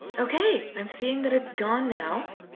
okay. i'm seeing that it's gone now.